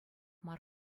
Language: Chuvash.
мар